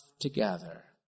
together